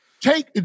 Take